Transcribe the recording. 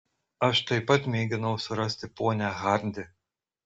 aš taip pat mėginau surasti ponią hardi